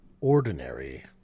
Ordinary